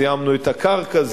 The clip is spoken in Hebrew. זיהמנו את הקרקע,